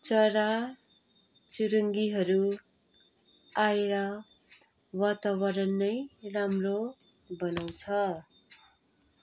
चरा चुरुङ्गीहरू आएर वातावरण नै राम्रो बनाउँछ